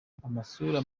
amasura